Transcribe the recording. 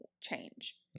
change